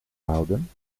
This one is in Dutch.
houden